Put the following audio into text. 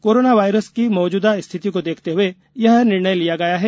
corona virus की मौजूदा स्थिति को देखते हुए यह निर्णय लिया गया है